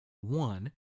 One